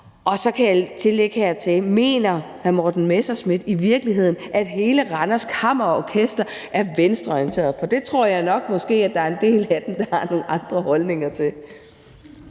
Og hertil kan jeg tilføje: Mener hr. Morten Messerschmidt i virkeligheden, at hele Randers Kammerorkester er venstreorienterede? For det tror jeg måske nok der er en del af dem der har nogle andre holdninger til.